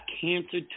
cancer